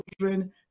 children